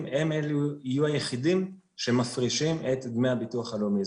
הם יהיו היחידים שמפרישים את דמי הביטוח הלאומי.